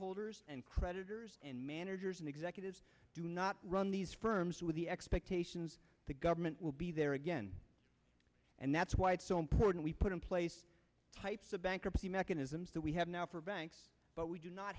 holders and creditors and managers and executives do not run these firms with the expectations the government will be there again and that's why it's so important we put in place types of bankruptcy mechanisms that we have now for banks but we do not